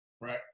right